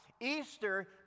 Easter